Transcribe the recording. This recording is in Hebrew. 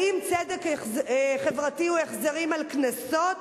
האם צדק חברתי הוא החזרים על קנסות